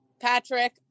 Patrick